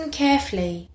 carefully